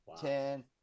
ten